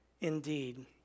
indeed